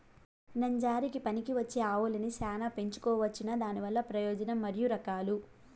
నంజరకి పనికివచ్చే ఆవులని చానా పెంచుకోవచ్చునా? దానివల్ల ప్రయోజనం మరియు రకాలు?